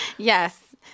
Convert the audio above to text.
Yes